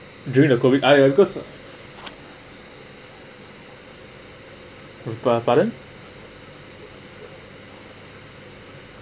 during the COVID I because par~ pardon